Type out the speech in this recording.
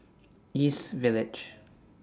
East Village